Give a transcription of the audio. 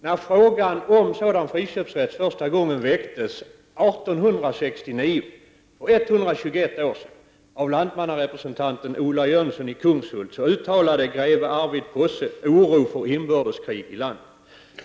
När frågan om sådan friköpsrätt första gången väcktes 1869, för 121 år sedan, av lantmannarepresentanten Ola Jönsson i Kungshult, uttalade greve Arvid Posse oro för inbördeskrig i landet.